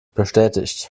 bestätigt